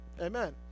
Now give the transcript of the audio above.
Amen